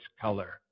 color